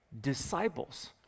disciples